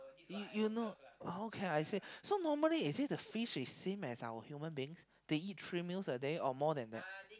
you you know okay I see so normally is it the fish is same as our human being they eat three meals a day or more than that